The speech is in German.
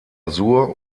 sur